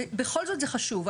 בכל זאת זה חשוב.